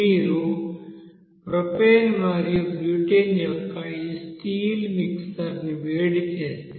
మీరు ప్రొపేన్ మరియు బ్యూటేన్ యొక్క ఈ స్టీల్ మిక్సర్ ని వేడి చేస్తే